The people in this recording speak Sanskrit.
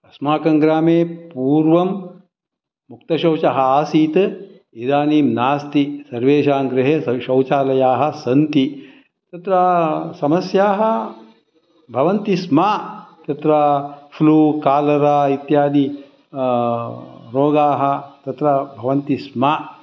अस्माकङ्ग्रामे पूर्वं मुक्तशौचः आसीत् इदानीं नास्ति सर्वेषां गृहे शौचालयाः सन्ति तत्र समस्याः भवन्ति स्म तत्र फ़्लू कालरा इत्यादि रोगाः तत्र भवन्ति स्म